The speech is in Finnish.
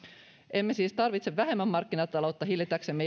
emme siis tarvitse vähemmän markkinataloutta hillitäksemme